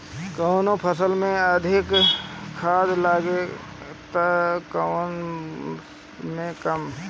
कवनो फसल में अधिका खाद लागेला त कवनो में कम